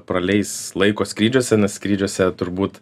praleis laiko skrydžiuose skrydžiuose turbūt